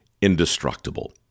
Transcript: indestructible